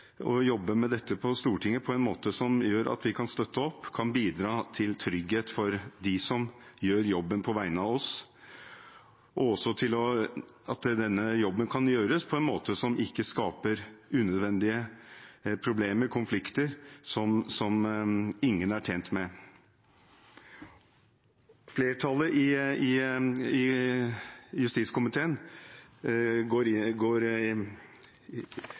å jobbe med dette på Stortinget på en måte som gjør at vi kan støtte opp og bidra til trygghet for dem som gjør jobben på vegne av oss, og også til at denne jobben kan gjøres på en måte som ikke skaper unødvendige problemer og konflikter, som ingen er tjent med. Flertallet i justiskomiteen går